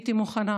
הייתי מוכנה